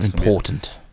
important